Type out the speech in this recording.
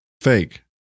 fake